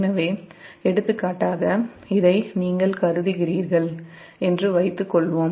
எனவே எடுத்துக்காட்டாக இதை நீங்கள் கருதுகிறீர்கள் என்று வைத்துக்கொள்வோம்